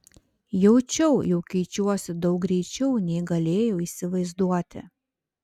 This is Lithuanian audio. jaučiau jog keičiuosi daug greičiau nei galėjau įsivaizduoti